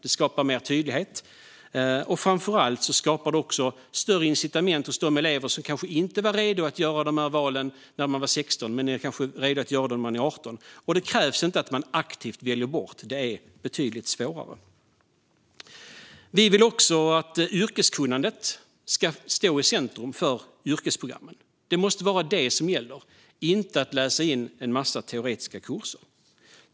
Det skapar mer tydlighet, men framför allt skapar det större incitament hos de elever som kanske inte var redo att göra ett val när de var 16 men som kanske är redo att göra det när de är 18. Det krävs inte att man aktivt väljer bort. Det är betydligt svårare. Vi vill också att yrkeskunnandet ska stå i centrum för yrkesprogrammen. Det måste vara detta som gäller, inte att läsa in en massa teoretiska kurser.